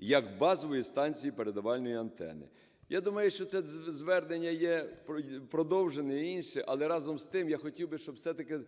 як базові станції передавальної антени. Я думаю, що це звернення є в продовження, і інше, але, разом з тим, я хотів би, щоб все-таки,